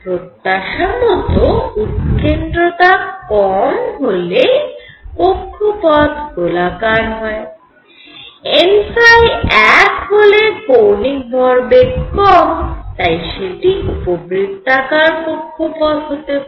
প্রত্যাশা মত উৎকেন্দ্রতা কম হলে কক্ষপথ গোলাকার হয় n এক হলে কৌণিক ভরবেগ কম তাই সেটি উপবৃত্তাকার কক্ষপথ হতে পারে